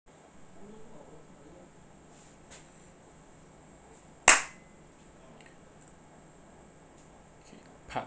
part